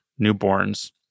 newborns